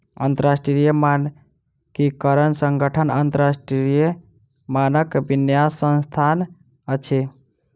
अंतरराष्ट्रीय मानकीकरण संगठन अन्तरराष्ट्रीय मानकक विन्यास संस्थान अछि